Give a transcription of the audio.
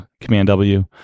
Command-W